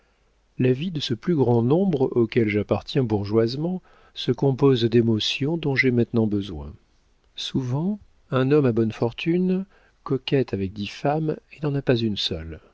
la vie de ce plus grand nombre auquel j'appartiens bourgeoisement se compose d'émotions dont j'ai maintenant besoin souvent un homme à bonnes fortunes coquette avec dix femmes et n'en a pas une seule